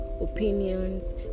opinions